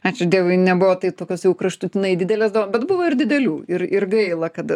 ačiū dievui nebuvo tai tokios jau kraštutinai didelės do bet buvo ir didelių ir ir gaila kad